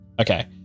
okay